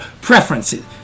preferences